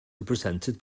represented